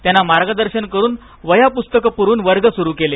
त्यांना मार्गदर्शन करून वह्या पुस्तक पुरवून वर्ग सुरु केले